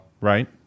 right